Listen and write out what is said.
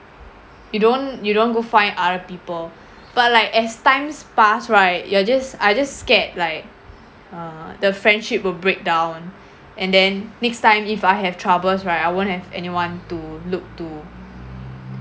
you don't you don't go find other people but like as times pass right you'll just I'll just scare like uh the friendship will breakdown and then next time if I have troubles right I won't have anyone to look to